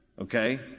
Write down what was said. okay